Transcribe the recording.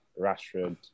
Rashford